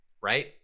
right